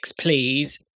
please